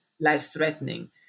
life-threatening